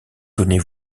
donnez